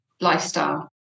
lifestyle